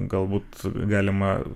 galbūt galima